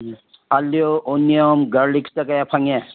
ꯎꯝ ꯑꯥꯜꯂꯨ ꯑꯣꯅꯤꯌꯣꯟ ꯒꯥꯔꯂꯤꯛꯁꯇ ꯀꯌꯥ ꯐꯪꯉꯦ